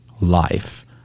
life